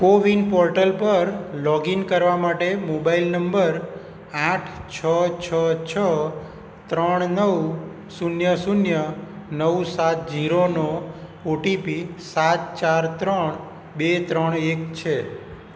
CoWIN portal પર login કરવા માટે મોબાઈલ નંબર આઠ છ છ છ ત્રણ નવ શૂન્ય શૂન્ય નવ સાત શૂન્યનો ઓટીપી સાત ચાર ત્રણ બે ત્રણ એક છે